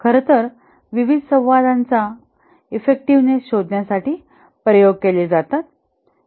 खरं तर विविध संवादाचा एफ्फेक्टईव्हनेस शोधण्यासाठी प्रयोग केले जातात